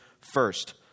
first